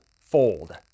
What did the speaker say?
fold